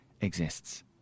exists